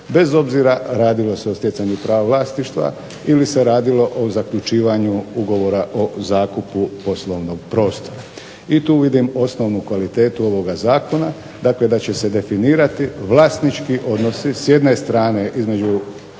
bez obzira radilo se o stjecanju prava vlasništva ili se radilo o zaključivanju Ugovora o zakupu poslovnog prostora. I tu vidim osnovnu kvalitetu ovoga zakona. Dakle, da će se definirati vlasnički odnosi s jedne strane između